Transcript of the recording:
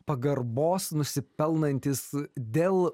pagarbos nusipelnantys dėl